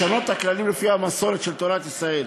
לשנות את הכללים לפי המסורת של תורת ישראל.